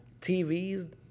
TVs